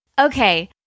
Okay